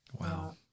Wow